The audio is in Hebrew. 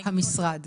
המשרד